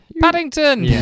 Paddington